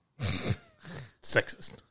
Sexist